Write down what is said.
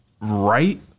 right